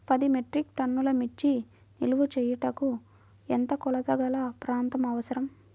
పది మెట్రిక్ టన్నుల మిర్చి నిల్వ చేయుటకు ఎంత కోలతగల ప్రాంతం అవసరం?